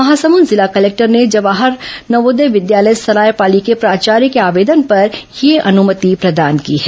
महासमुद जिला कलेक्टर ने जवाहर नवोदय विद्यालय सरायपाली के प्राचार्य के आवेदन पर यह अनुमति प्रदान की है